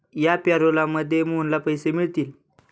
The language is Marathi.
या पॅरोलमध्ये मोहनला पैसे मिळतील